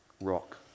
Rock